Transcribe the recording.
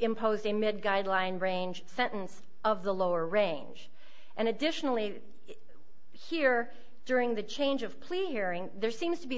imposed a mid guideline range sentence of the lower range and additionally here during the change of clearing there seems to be